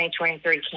2023